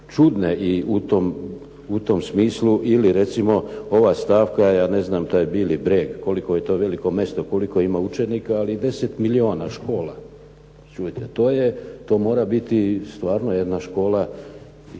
čudne i u tom smislu. Ili recimo ova stavka, ja ne znam taj Bili Breg koliko je to veliko mjesto, koliko ima učenika, ali 10 milijuna škola. Čujte, to mora biti stvarno jedna škola